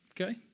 okay